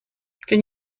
can